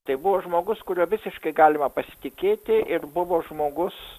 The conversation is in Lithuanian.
tai buvo žmogus kuriuo visiškai galima pasitikėti ir buvo žmogus